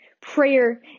Prayer